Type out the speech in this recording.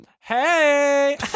Hey